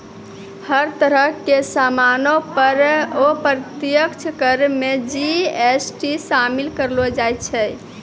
हर तरह के सामानो पर अप्रत्यक्ष कर मे जी.एस.टी शामिल करलो जाय छै